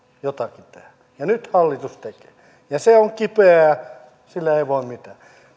jotakin tehdä ja nyt hallitus tekee se on kipeää sille ei voi mitään